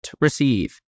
receive